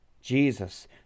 Jesus